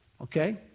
Okay